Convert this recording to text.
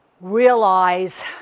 realize